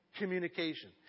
communication